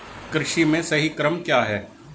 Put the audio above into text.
कृषि में सही क्रम क्या है?